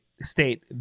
state